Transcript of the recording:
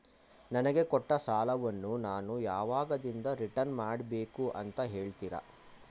ನನಗೆ ಕೊಟ್ಟ ಸಾಲವನ್ನು ನಾನು ಯಾವಾಗದಿಂದ ರಿಟರ್ನ್ ಮಾಡಬೇಕು ಅಂತ ಹೇಳ್ತೀರಾ?